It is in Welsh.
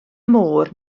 môr